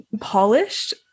Polished